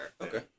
okay